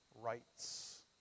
rights